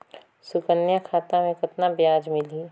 सुकन्या खाता मे कतना ब्याज मिलही?